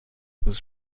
was